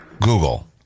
Google